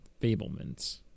Fablements